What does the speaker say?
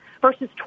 versus